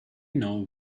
know